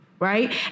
Right